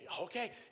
okay